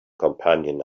companion